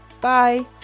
Bye